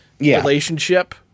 relationship